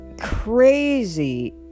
crazy